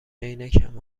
عینکمو